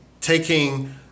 taking